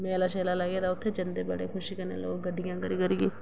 मेला लगदा ते उत्थें जंदे बड़े खुशी कन्नै लोक गड्डियां करी करियै